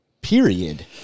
Period